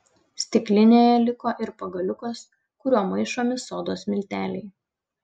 stiklinėje liko ir pagaliukas kuriuo maišomi sodos milteliai